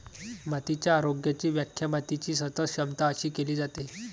मातीच्या आरोग्याची व्याख्या मातीची सतत क्षमता अशी केली जाते